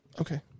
Okay